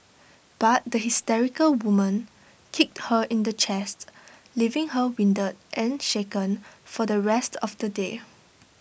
but the hysterical woman kicked her in the chest leaving her winded and shaken for the rest of the day